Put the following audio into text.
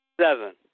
Seven